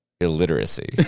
Illiteracy